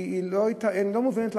היא לא מובנת.